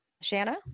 Shanna